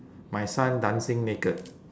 my son dancing naked